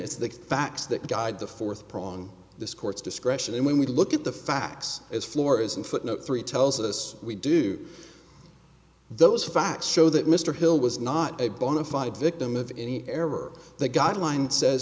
it's the facts that guide the fourth prong of this court's discretion and when we look at the facts as floors and footnote three tells us we do those facts show that mr hill was not a bona fide victim of any error the guideline says